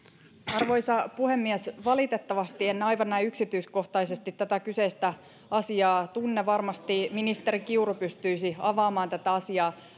arvoisa puhemies valitettavasti en aivan näin yksityiskohtaisesti tätä kyseistä asiaa tunne varmasti ministeri kiuru pystyisi avaamaan tätä asiaa